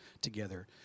together